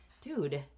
dude